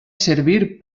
servir